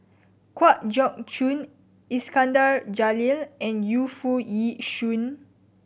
Kwa Geok Choo Iskandar Jalil and Yu Foo Yee Shoon